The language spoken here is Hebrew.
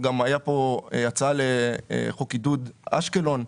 השאלה למה לא לעשות הוראת קבע.